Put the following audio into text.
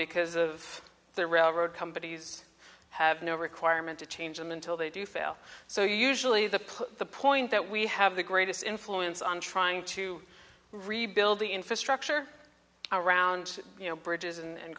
because of the railroad companies have no requirement to change them until they do fail so usually the the point that we have the greatest influence on trying to rebuild the infrastructure around you know bridges and